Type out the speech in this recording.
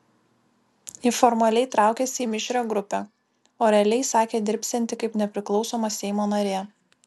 ji formaliai traukiasi į mišrią grupę o realiai sakė dirbsianti kaip nepriklausoma seimo narė